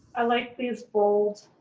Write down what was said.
i like these bold,